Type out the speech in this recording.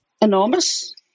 Enormous